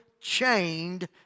chained